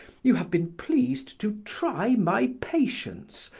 you have been pleased to try my patience,